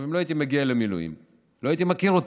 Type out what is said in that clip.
אם לא הייתי מגיע למילואים לא הייתי מכיר אותו.